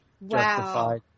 Wow